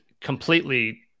completely